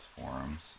forums